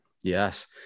Yes